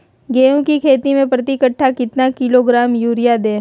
गेंहू की खेती में प्रति कट्ठा कितना किलोग्राम युरिया दे?